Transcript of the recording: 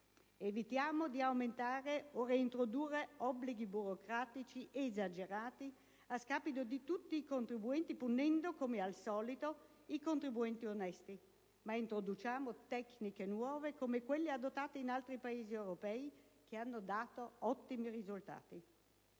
Evitiamo di aumentare o reintrodurre obblighi burocratici esagerati a scapito di tutti i contribuenti, punendo come al solito i contribuenti onesti; ma introduciamo tecniche nuove come quelle adottate in altri Paesi europei, che hanno dato ottimi risultati.